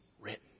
written